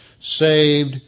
saved